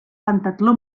pentatló